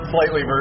Slightly